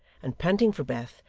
and panting for breath,